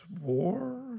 war